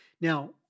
Now